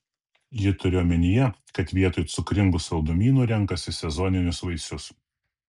ji turi omenyje kad vietoj cukringų saldumynų renkasi sezoninius vaisius